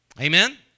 Amen